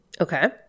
okay